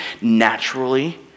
naturally